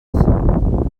newydd